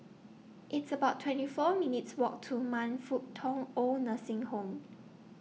It's about twenty four minutes' Walk to Man Fut Tong Oid Nursing Home